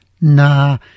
nah